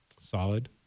Solid